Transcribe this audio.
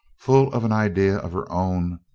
full of an idea of her own,